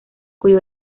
cuyo